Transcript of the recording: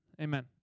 Amen